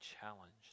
challenged